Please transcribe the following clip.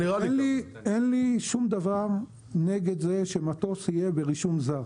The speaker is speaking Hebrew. אין לי שום דבר נגד זה שמטוס יהיה ברישום זר,